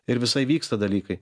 ir visai vyksta dalykai